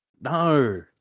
No